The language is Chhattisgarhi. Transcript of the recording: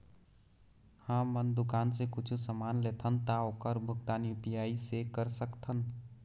हमन दुकान से कुछू समान लेथन ता ओकर भुगतान यू.पी.आई से कर सकथन?